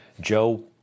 Joe